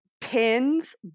pins